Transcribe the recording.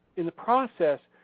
in the process,